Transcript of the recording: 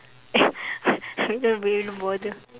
and we don't even bother